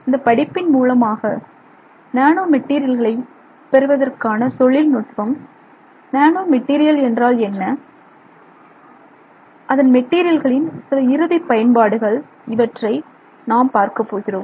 இந்த படிப்பின் மூலமாக நானோ மெட்டீரியல்களை பெறுவதற்கான தொழில்நுட்பம் நானோ மெட்டீரியல் என்றால் என்ன அதன் சில இறுதி பயன்பாடுகள் இவற்றை நாம் பார்க்கப் போகிறோம்